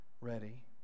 ready